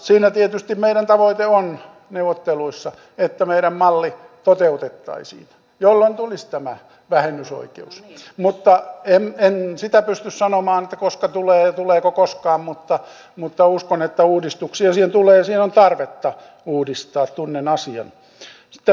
siinä tietysti meidän tavoitteemme on neuvotteluissa että meidän mallimme toteutettaisiin jolloin tulisi tämä vähennysoikeus mutta en sitä pysty sanomaan että koska tulee ja tuleeko koskaan mutta uskon että uudistuksia siihen tulee ja sitä on tarvetta uudistaa tunnen asian